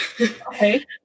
Okay